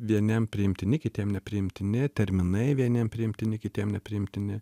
vieniem priimtini kitiem nepriimtini terminai vieniem priimtini kitiem nepriimtini